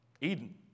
Eden